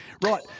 Right